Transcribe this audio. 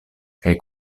kaj